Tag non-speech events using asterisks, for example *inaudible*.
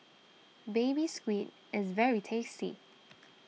Baby Squid is very tasty *noise*